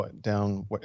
down